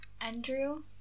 Andrew